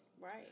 Right